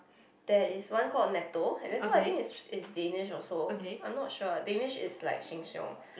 there is one called natto and natto and I think is is danish also I'm not sure danish is like Sheng-Shiong